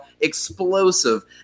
explosive